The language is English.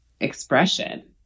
expression